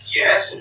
yes